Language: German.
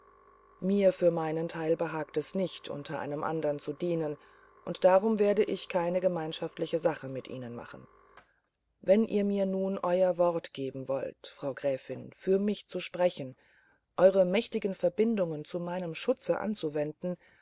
mir für meinen teil behagt es nicht unter einem andern zu dienen und darum werde ich keine gemeinschaftliche sache mit ihnen machen wenn ihr mir nun euer wort geben wolltet frau gräfin für mich gutzusprechen eure mächtigen verbindungen zu meinem schutze anzuwenden